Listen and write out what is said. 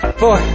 four